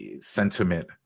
sentiment